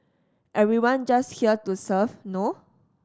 everyone just here to serve no